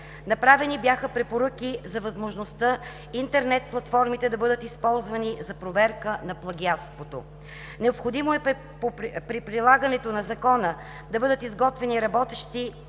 Направени бяха препоръки за възможността интернет платформите да бъдат използвани за проверка на плагиатството. Необходимо е при прилагането на Закона да бъдат изготвени работещи